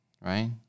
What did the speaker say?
right